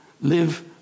Live